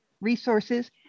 resources